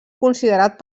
considerat